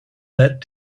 that